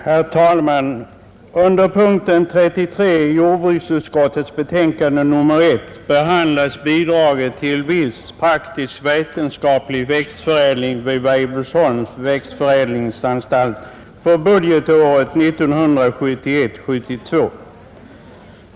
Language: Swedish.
Herr talman! Under punkten 33 i jordbruksutskottets betänkande nr 1 behandlas bidraget till viss praktiskt vetenskaplig växtförädling vid Weibullsholms växtförädlingsanstalt för budgetåret 1971/72.